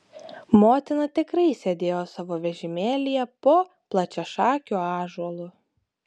motina tikrai sėdėjo savo vežimėlyje po plačiašakiu ąžuolu